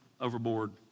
overboard